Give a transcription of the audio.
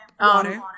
Water